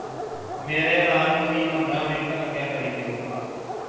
मेरे अलार्म गी पंदरां मिंट अग्गें करी देओ